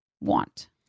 want